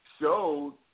showed